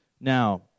Now